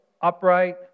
upright